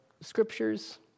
scriptures